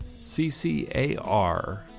CCAR